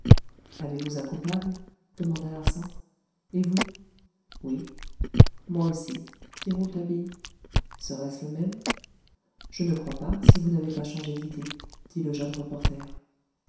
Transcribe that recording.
avez-vous un coupable demanda larsan et vous oui moi aussi dit rouletabille serait-ce le même je ne crois pas si vous n'avez pas changé d'idée dit le jeune reporter